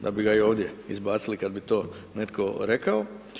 da bi ga i ovdje izbacili kada bi to netko rekao.